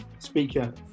speaker